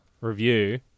review